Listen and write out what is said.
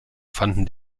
fanden